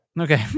okay